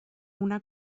una